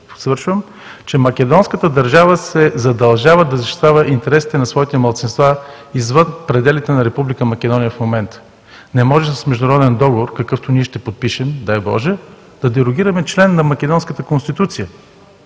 че македонската държава се задължава да защитава интересите на своите малцинства, извън пределите на Република Македония в момента. Не може с международен договор, какъвто ние ще подпишем, дай Боже, да дерогираме член на македонската Конституция.